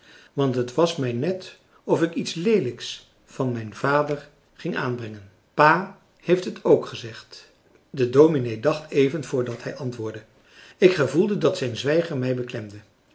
want het was mij net of ik iets leelijks van mijn vader ging aanbrengen pa heeft het ook gezegd de dominee dacht even voordat hij antwoordde ik gevoelde dat zijn zwijgen mij beklemde